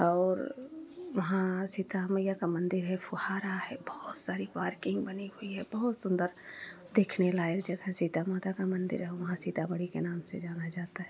और वहाँ सीता मैया का मंदिर है फव्वारा है बहुत सारी पार्किंग बनी हुई है बहुत सुन्दर देखने लायक जगह सीता माता का मंदिर है वहाँ सीतामढ़ी के नाम से जाना जाता है